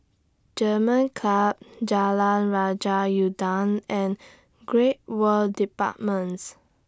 German Club Jalan Raja Udang and Great World Departments